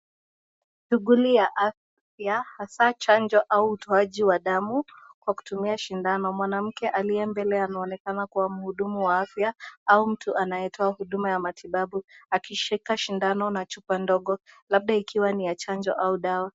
Shughuli ya afya hasa chanjo au utoaji wa damu kwa kutumia sidano, mwanamke aliyembele anaonekana kuwa mhudumu wa afya au mtu anayetoa huduma ya matibabu akishika sidano na chupa ndogo labda ikiwa ni ya chanjo au dawa.